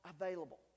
available